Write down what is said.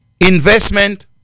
investment